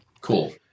Cool